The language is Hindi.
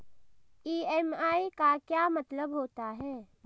ई.एम.आई का क्या मतलब होता है?